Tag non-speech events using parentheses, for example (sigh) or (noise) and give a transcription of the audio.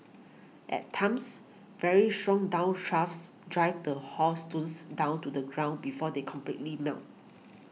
at times very strong (unintelligible) drive the hailstones down to the ground before they completely melt